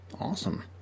Awesome